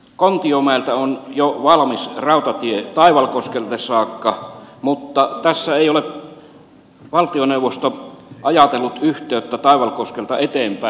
kontiomäeltä on jo valmis rautatie taivalkoskelle saakka mutta tässä ei ole valtioneuvosto ajatellut yhteyttä taivalkoskelta eteenpäin